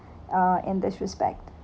uh in this respect